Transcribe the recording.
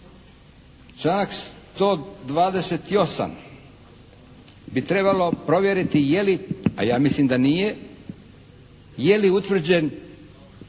Članak 128. bi trebalo provjeriti je li, a ja mislim da nije, je li utvrđen